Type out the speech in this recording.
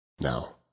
Now